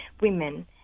women